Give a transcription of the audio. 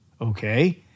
okay